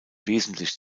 wesentlich